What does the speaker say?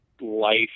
life